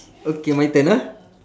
okay my turn ah